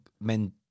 men